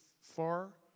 far